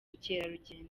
bukerarugendo